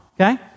okay